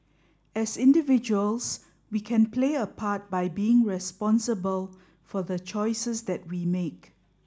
as individuals we can play a part by being responsible for the choices that we make